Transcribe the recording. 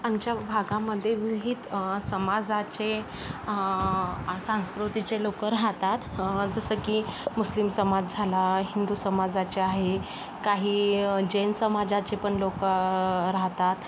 आमच्या भागामध्ये विहित समाजाचे संस्कृतीचे लोकं राहतात जसं की मुस्लिम समाज झाला हिंदू समाजाचे आहे काही जैन समाजाचे पण लोकं राहतात